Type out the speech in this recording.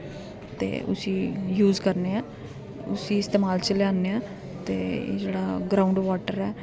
ते उसी यूस करने आं उसी इस्तेमाल च लेआने आं ते एह् जेह्ड़ा ग्रांउड वॉटर ऐ